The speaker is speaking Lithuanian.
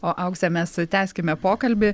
o aukse mes tęskime pokalbį